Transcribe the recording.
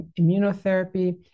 immunotherapy